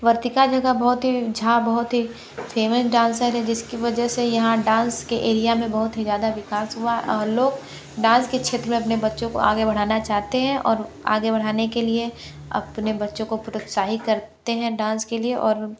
वर्तिका झा का बहुत ही झा बहुत ही फेमस डांसर है जिसकी वजह से यहाँ डान्स के एरिया में बहुत ही ज़्यादा विकास हुआ और लोग डान्स के क्षेत्र में अपने बच्चों को आगे बढ़ाना चाहते हैं और आगे बढ़ाने के लिए अपने बच्चों को प्रोत्साहित करते है डान्स के लिए और